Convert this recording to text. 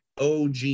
OG